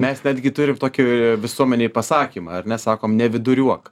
mes netgi turim tokį visuomenėj pasakymą ar ne sakom neviduriuok